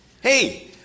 Hey